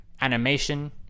animation